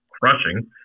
crushing